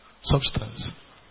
Substance